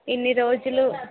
ఇన్ని రోజులు